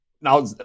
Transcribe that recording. now